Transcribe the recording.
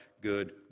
good